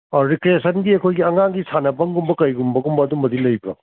ꯑꯣ ꯔꯤꯀ꯭ꯔꯦꯌꯦꯁꯟꯒꯤ ꯑꯩꯈꯣꯏꯒꯤ ꯑꯉꯥꯡꯒꯤ ꯁꯥꯟꯅꯐꯝꯒꯨꯝꯕ ꯀꯔꯤꯒꯨꯝꯕꯒꯨꯝꯕ ꯑꯗꯨꯝꯕꯗꯤ ꯂꯩꯕ꯭ꯔꯣ